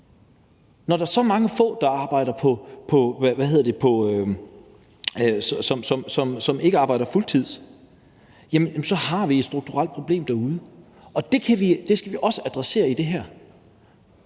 Når der er så mange, som ikke arbejder fuldtids, så har vi et strukturelt problem derude, og det skal vi også adressere i det her.